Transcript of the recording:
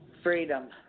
Freedom